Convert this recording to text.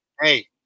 Hey